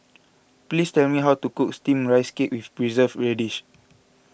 please tell me how to cook Steamed Rice Cake with Preserved Radish